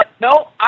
No